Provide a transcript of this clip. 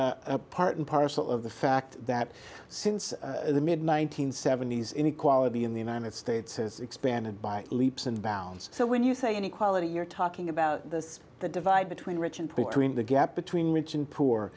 part and parcel of the fact that since the mid one nine hundred seventy s inequality in the united states has expanded by leaps and bounds so when you say inequality you're talking about this the divide between rich and poor the gap between rich and poor